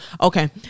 Okay